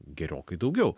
gerokai daugiau